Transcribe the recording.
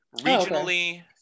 Regionally